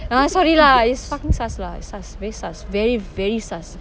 ah sorry lah it's fucking sus lah it's sus very sus very very sus